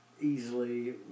easily